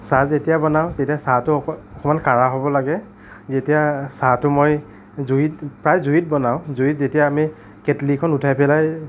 চাহ যেতিয়া বনাওঁ তেতিয়া চাহটো অকণমান কাঢ়া হ'ব লাগে যেতিয়া চাহটো মই জুইত প্ৰায় জুইত বনাওঁ জুইত যেতিয়া আমি কেটলিখন উঠাই পেলাই